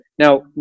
Now